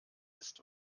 ist